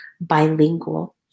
bilingual